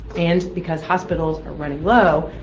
and because hospitals are running low,